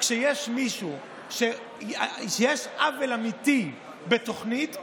כשיש עוול אמיתי בתוכנית,